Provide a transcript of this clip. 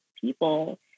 people